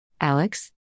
Alex